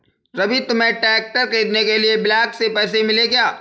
रवि तुम्हें ट्रैक्टर खरीदने के लिए ब्लॉक से पैसे मिले क्या?